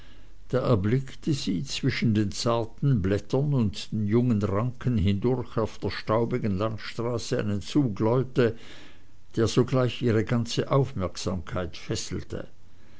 da erblickte sie zwischen den zarten blättern und jungen ranken hindurch auf der staubigen landstraße einen zug leute der sogleich ihre ganze aufmerksamkeit fesselte